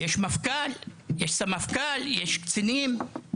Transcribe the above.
יש מפכ״ל, יש סמנכ״ל, יש קצינים.